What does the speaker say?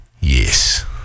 Yes